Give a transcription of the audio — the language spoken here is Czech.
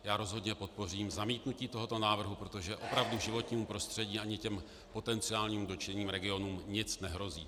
Já rozhodně podpořím zamítnutí tohoto návrhu, protože opravdu životnímu prostředí ani těm potenciálně dotčeným regionům nic nehrozí.